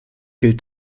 gilt